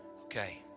Okay